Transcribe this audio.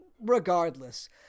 Regardless